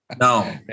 No